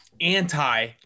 anti